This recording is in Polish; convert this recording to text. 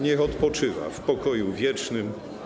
Niech odpoczywa w pokoju wiecznym.